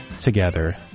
together